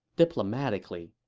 diplomatically.